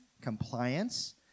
compliance